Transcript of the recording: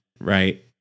right